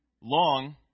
long